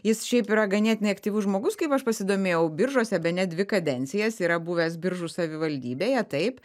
jis šiaip yra ganėtinai aktyvus žmogus kaip aš pasidomėjau biržuose bene dvi kadencijas yra buvęs biržų savivaldybėje taip